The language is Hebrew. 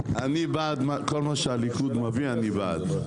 אבל אפשר להניח את השלט הזה על העגבניות של